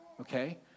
okay